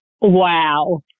Wow